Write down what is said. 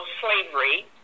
slavery